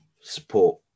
support